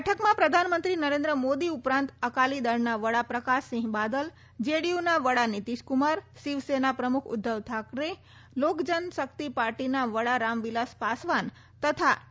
બેઠકમાં પ્રધાનમંત્રી નરેન્દ્ર મોદી ઉપરાંત અકાલી દળના વડા પ્રકાશસિંહ બાદલ જેડીયુના વડા નીતીશકુમાર શિવસેનાના પ્રમુખ ઉદ્વવ ઠાકરે લોકજન શક્તિ પાર્ટીના વડા રામવિલાસ પાસવાન તથા એ